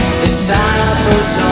disciples